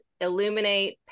Illuminate